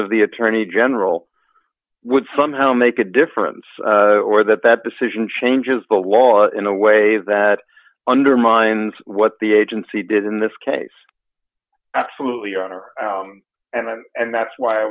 of the attorney general would somehow make a difference or that that decision changes the law in a way that undermines what the agency did in this case absolutely honor and and that's why i